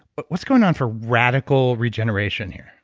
but what's going on for radical regeneration here?